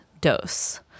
dose